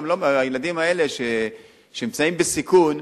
הילדים האלה שנמצאים בסיכון,